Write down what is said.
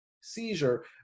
seizure